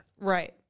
Right